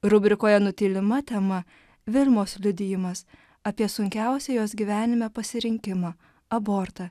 rubrikoje nutylima tema vilmos liudijimas apie sunkiausią jos gyvenime pasirinkimą abortą